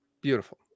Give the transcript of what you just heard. beautiful